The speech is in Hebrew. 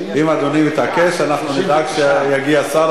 אם אדוני מתעקש אנחנו נדאג שיגיע שר,